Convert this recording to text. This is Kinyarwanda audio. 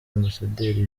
ambasaderi